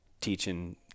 teaching